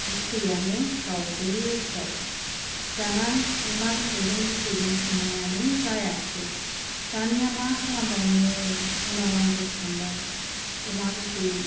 बिथैयानो गावजोबबाय दाना अमा बिबुजों बिथैजों संनायानो जायाखिसै दानिया मा खालामबावनो उनाव आं गोसोखांबाय अमा बिथै